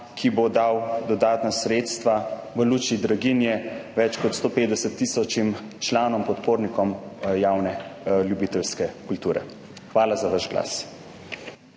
ki bo dal dodatna sredstva v luči draginje več kot 150 tisoč članom, podpornikom javne ljubiteljske kulture. Hvala za vaš glas.